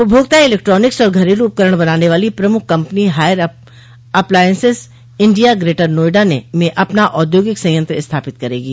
उपभोक्ता इलेक्ट्रानिक्स और घरेलू उपकरण बनाने वाली प्रमुख company Haier appliances India Greater Noida में अपना औद्योगिक संयंत्र स्थापित करेगी